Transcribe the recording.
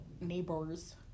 neighbors